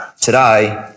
today